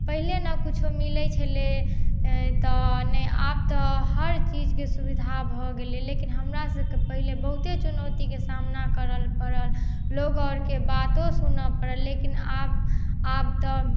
पहिले ने कुछो मिलय छलै तऽ ने आब तऽ हर चीजके सुविधा भऽ गेलय लेकिन हमरा सबके पहिले बहुते चुनौतीके सामना करय लै पड़ल लोग अरके बातो सुनऽ पड़ल लेकिन आब आब तऽ